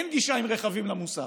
אין גישה עם רכבים למוסך.